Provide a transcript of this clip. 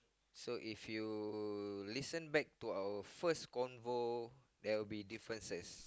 so if you listen back to our first convo there will be differences